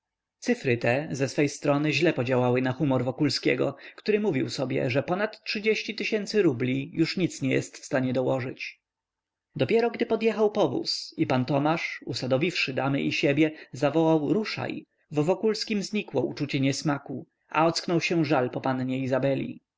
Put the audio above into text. cyfry te ze swej strony źle podziałały na humor wokulskiego który mówił sobie że ponad trzydzieści tysięcy rubli już nic nie jest w stanie dołożyć dopiero gdy podjechał powóz i pan tomasz usadowiwszy damy i siebie zawołał ruszaj w wokulskim znikło uczucie niesmaku a ocknął się żal po pannie izabeli